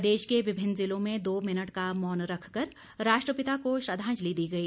प्रदेश के विभिन्न जिलों में दो मिनट का मौन रखकर राष्ट्रपिता को श्रद्वांजलि दी गई